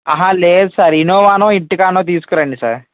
అహా లేదు సార్ ఇన్నోవానో ఎర్టిగానో తీసుకురండి సార్